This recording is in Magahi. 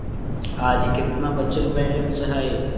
आज केतना बचल बैलेंस हई?